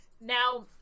Now